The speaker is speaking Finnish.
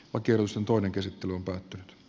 oikeus on toinen käsittely on päättynyt